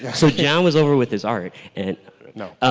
yeah so john was over with his art. and no.